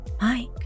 Mike